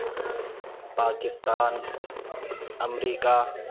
Pakistan America